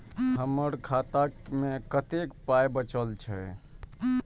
हमर खाता मे कतैक पाय बचल छै